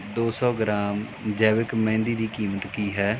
ਦੋ ਸੌ ਗ੍ਰਾਮ ਜੈਵਿਕ ਮਹਿੰਦੀ ਦੀ ਕੀਮਤ ਕੀ ਹੈ